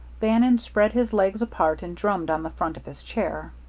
bannon spread his legs apart and drummed on the front of his chair.